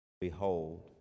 Behold